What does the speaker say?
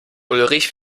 ulrich